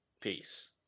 Peace